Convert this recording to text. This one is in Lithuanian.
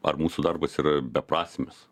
ar mūsų darbas yra beprasmis